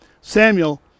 Samuel